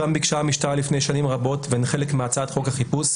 אותן ביקשה המשטרה לפני שנים רבות והן חלק מהצעת חוק החיפוש,